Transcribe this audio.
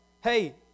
Hey